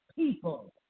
People